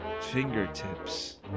Fingertips